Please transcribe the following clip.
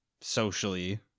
socially